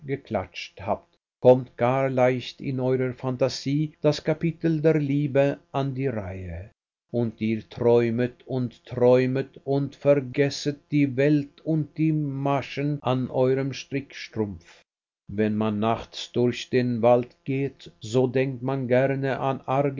geklatscht habt kommt gar leicht in eurer phantasie das kapitel der liebe an die reihe und ihr träumet und träumet und vergesset die welt und die maschen an eurem strickstrumpf wenn man nachts durch den wald geht so denkt man gerne an